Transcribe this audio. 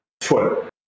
Twitter